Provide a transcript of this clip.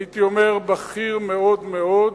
הייתי אומר בכיר מאוד מאוד,